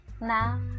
now